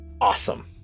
awesome